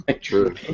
True